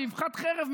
באבחת חרב,